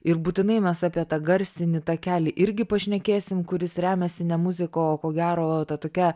ir būtinai mes apie tą garsinį takelį irgi pašnekėsim kuris remiasi ne muzika o ko gero ta tokia